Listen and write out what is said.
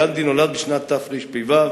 גנדי נולד בשנת תרפ"ו,